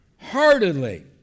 Heartedly